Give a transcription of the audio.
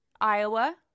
Iowa